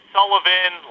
Sullivan